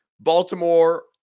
Baltimore